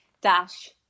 dash